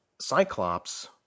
Cyclops